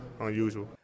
unusual